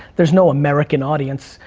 there's no american audience,